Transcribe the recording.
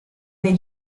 dei